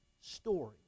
story